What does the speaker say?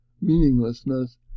meaninglessness